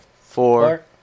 four